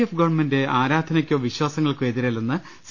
F government ആരാധനക്കോ വിശ്വാസങ്ങൾക്കോ എതി രല്ലെന്ന് സി